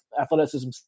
athleticism